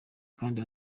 kandi